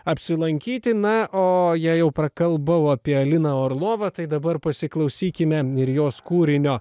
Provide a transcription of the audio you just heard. apsilankyti na o jei jau prakalbau apie aliną orlovą tai dabar pasiklausykime ir jos kūrinio